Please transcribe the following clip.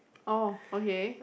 oh okay